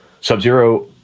Sub-Zero